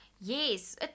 Yes